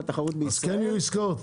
התחרות בישראל -- אז כן יהיו עסקאות?